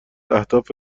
اهداف